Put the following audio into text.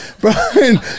Brian